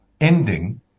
ending